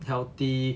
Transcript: healthy